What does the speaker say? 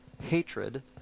hatred